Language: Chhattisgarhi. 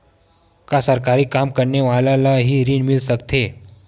का सरकारी काम करने वाले ल हि ऋण मिल सकथे?